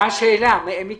מה השאלה, מיקי?